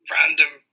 random